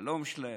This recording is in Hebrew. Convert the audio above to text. החלום שלהם,